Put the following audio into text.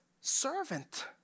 servant